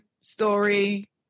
story